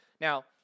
Now